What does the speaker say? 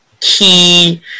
key